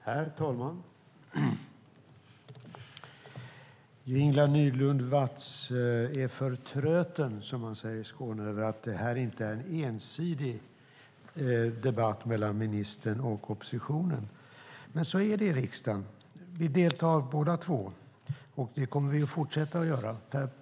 Herr talman! Ingela Nylund Watz är "förtröten", som man säger i Skåne, över att det här inte är en ensidig debatt mellan ministern och oppositionen. Men så är det i riksdagen. Vi deltar båda två, och det kommer vi att fortsätta göra.